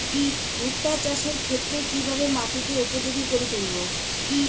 ভুট্টা চাষের ক্ষেত্রে কিভাবে মাটিকে উপযোগী করে তুলবো?